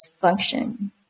function